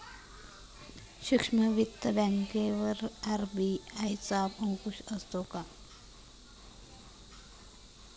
सूक्ष्म वित्त बँकेवर आर.बी.आय चा अंकुश असतो का?